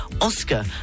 Oscar